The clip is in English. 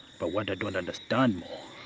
but what i don't understand more,